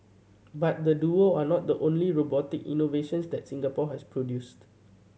but the duo are not the only robotic innovations that Singapore has produced